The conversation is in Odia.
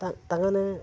ତ ତାଙ୍କମାନେ